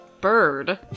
bird